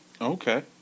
Okay